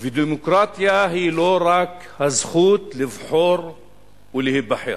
ודמוקרטיה היא לא רק הזכות לבחור ולהיבחר.